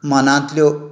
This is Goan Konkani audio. मनांतल्यो